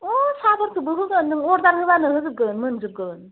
अ साहाफोरखोबो होगोन अर्डार होब्लानो होजोबगोन मोनजोबगोन